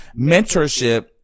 mentorship